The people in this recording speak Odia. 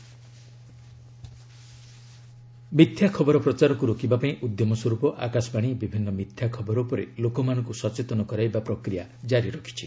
ଫ୍ୟାକ୍ଟ ଚେକ୍ ମିଥ୍ୟା ଖବର ପ୍ରଚାରକୁ ରୋକିବା ପାଇଁ ଉଦ୍ୟମ ସ୍ୱରୂପ ଆକାଶବାଣୀ ବିଭିନ୍ନ ମିଥ୍ୟା ଖବର ଉପରେ ଲୋକମାନଙ୍କୁ ସଚେତନ କରାଇବା ପ୍ରକ୍ରିୟା ଜାରି ରଖିଛି